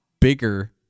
bigger